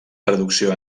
traducció